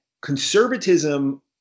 conservatism